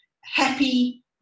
happy